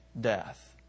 death